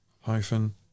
hyphen